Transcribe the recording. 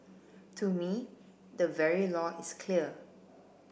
to me the very law is clear